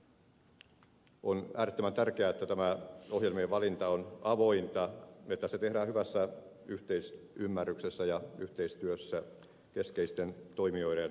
on äärettömän tärkeää että tämä ohjelmien valinta on avointa että se tehdään hyvässä yhteisymmärryksessä ja yhteistyössä keskeisten toimijoiden kanssa